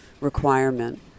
requirement